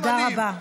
תודה רבה.